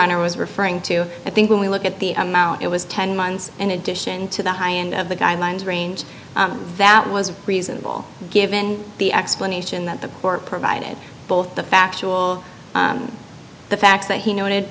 honor was referring to i think when we look at the amount it was ten months in addition to the high end of the guidelines range that was reasonable given the explanation that the court provided both the factual the facts that he wanted